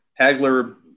Hagler